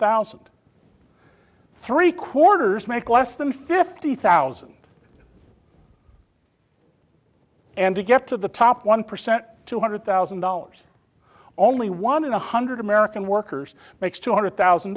thousand three quarters make less than fifty thousand and to get to the top one percent two hundred thousand dollars only one in one hundred american workers makes two hundred thousand